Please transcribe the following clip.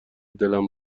دلم